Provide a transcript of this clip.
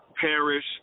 perish